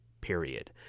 period